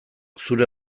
zure